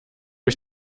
ich